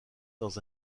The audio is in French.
dans